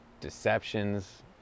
deceptions